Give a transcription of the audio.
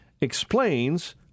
explains